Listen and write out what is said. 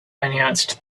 announced